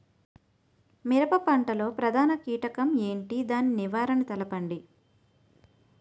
మిరప పంట లో ప్రధాన కీటకం ఏంటి? దాని నివారణ తెలపండి?